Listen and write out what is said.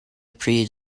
pryd